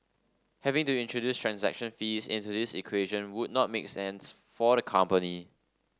having to introduce transaction fees into this equation would not make sense for the company